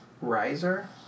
riser